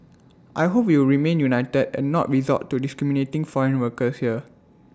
I hope we will remain united and not resort to discriminating foreign workers here